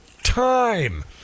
Time